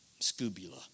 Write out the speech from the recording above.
Scubula